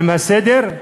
עם הסדר,